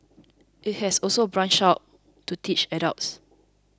it has also branched out to teach adults